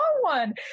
one